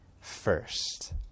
first